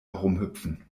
herumhüpfen